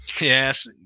Yes